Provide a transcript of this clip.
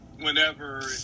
whenever